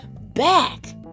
back